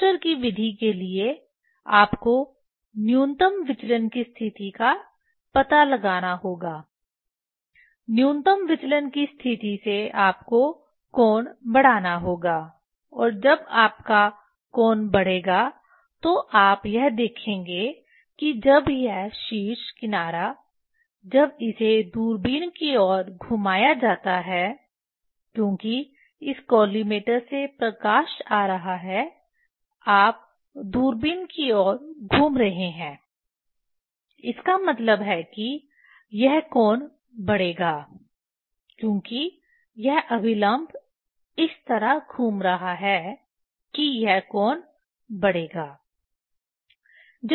Schuster की विधि Schuster's method के लिए आपको न्यूनतम विचलन की स्थिति का पता लगाना होगा न्यूनतम विचलन की स्थिति से आपको कोण बढ़ाना होगा और जब आपका कोण बढ़ेगा तो आप यह देखेंगे कि जब यह शीर्ष किनारा जब इसे दूरबीन की ओर घुमाया जाता है क्योंकि इस कॉलिमेटर से प्रकाश आ रहा है आप दूरबीन की ओर घूम रहे हैं इसका मतलब है कि यह कोण बढ़ेगा क्योंकि यह अभिलंब इस तरह घूम रहा है कि यह कोण बढ़ेगा